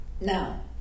now